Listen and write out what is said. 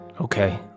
Okay